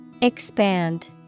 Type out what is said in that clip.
Expand